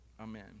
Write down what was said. Amen